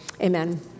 amen